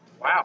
Wow